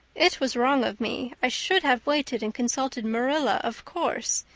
it was wrong of me. i should have waited and consulted marilla, of course.